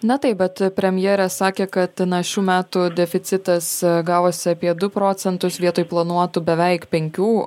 na taip bet premjerė sakė kad na šių metų deficitas gavosi apie du procentus vietoj planuotų beveik penkių